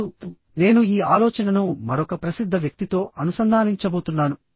ఇప్పుడు నేను ఈ ఆలోచనను మరొక ప్రసిద్ధ వ్యక్తితో అనుసంధానించబోతున్నాను